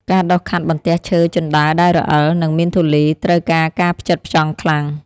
ការដុសខាត់បន្ទះឈើជណ្តើរដែលរអិល និងមានធូលី ត្រូវការការផ្ចិតផ្ចង់ខ្លាំង។